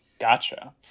Gotcha